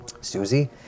Susie